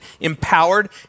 empowered